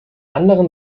anderen